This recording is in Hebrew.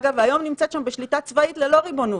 אגב, היום היא נמצאת שם בשליטה צבאית ללא ריבונות.